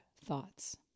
thoughts